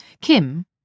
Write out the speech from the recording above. Kim